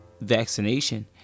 vaccination